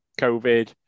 COVID